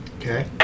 Okay